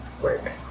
Work